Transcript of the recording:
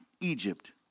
Egypt